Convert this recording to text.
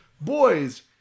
Boys